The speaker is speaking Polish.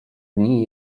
dni